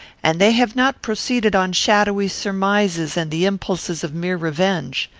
and they have not proceeded on shadowy surmises and the impulses of mere revenge.